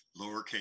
lowercase